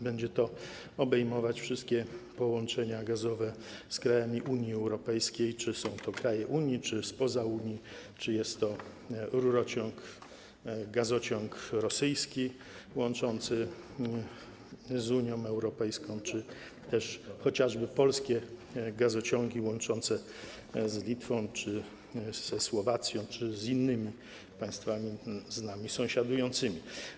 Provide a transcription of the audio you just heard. Będzie to obejmować wszystkie połączenia gazowe z krajami Unii Europejskiej, czy są to kraje Unii, czy spoza Unii, czy jest to rurociąg, gazociąg rosyjski łączący z Unią Europejską, czy są to polskie gazociągi łączące z Litwą, Słowacją czy innymi państwami z nami sąsiadującymi.